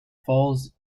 falls